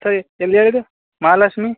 sir ಎಲ್ಲಿ ಹೇಳಿದ್ದು ಮಹಾಲಕ್ಷ್ಮಿ